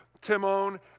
Timon